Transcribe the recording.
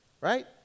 Right